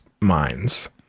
minds